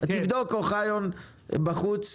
תבדוק בחוץ,